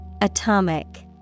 Atomic